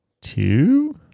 two